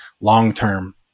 long-term